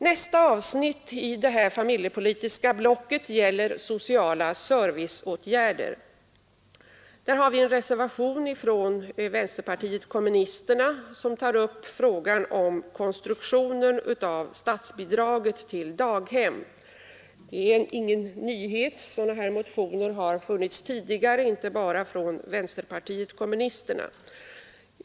Nästa avsnitt i det familjepolitiska blocket gäller sociala serviceåtgärder. På denna punkt finns en reservation från vänsterpartiet kommunisterna, som tar upp frågan om konstruktionen av statsbidraget till daghem. Motioner i det ärendet har väckts tidigare, inte bara från vänsterpartiet kommunisternas håll.